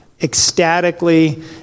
ecstatically